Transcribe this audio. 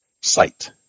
Sight